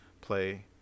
play